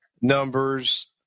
numbers